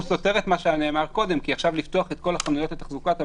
נשאר שפיץ קטן